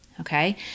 okay